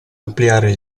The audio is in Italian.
ampliare